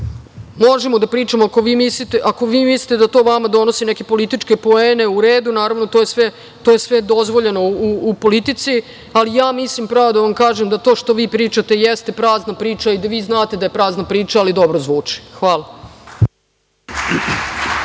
možemo da pričamo ako vi mislite da to vama donosi neke političke poene, u redu, naravno to je sve dozvoljeno u politici, ali ja mislim pravo da vam kažem što vi pričate jeste prazna priča i da vi znate da je prazna priča, ali dobro zvuči. Hvala.